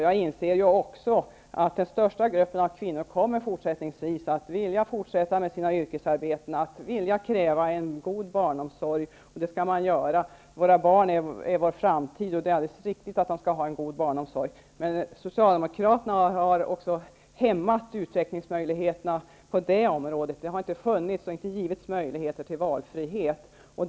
Jag inser också att den största gruppen kommer att vilja fortsätta med sitt yrkesarbete och kräva en god barnomsorg, och det skall man göra. Våra barn är vår framtid, och det är riktigt att de skall ha en god barnomsorg. Socialdemokraterna har också hämmat utvecklingsmöjligheterna på det området. Det har inte funnits och givits möjligheter till valfrihet.